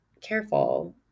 careful